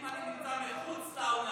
אם אתה נמצא מחוץ לאולם,